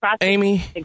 Amy